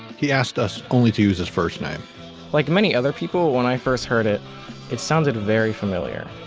he asked us only to use his first name like many other people when i first heard it it sounded very familiar.